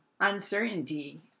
uncertainty